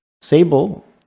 Sable